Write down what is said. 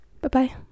Bye-bye